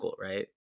right